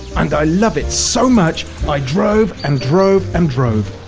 and i love it so much i drove and drove and drove.